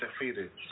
defeated